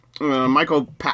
Michael